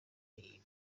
iyi